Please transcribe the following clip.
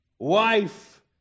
Wife